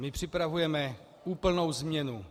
My připravujeme úplnou změnu.